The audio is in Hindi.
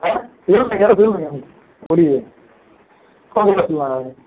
और सील देंगे न सील देंगे बोलिए